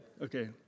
okay